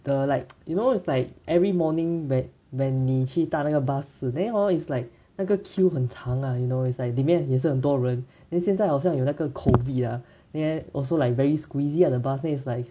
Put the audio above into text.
the like you know it's like every morning when when 你去搭那个巴士 then hor it's like 那个 queue 很长啦 you know it's like 里面也是很多人 then 现在好像有那个 COVID ah then also like very squeezy lah the bus then it's like